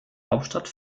hauptstadt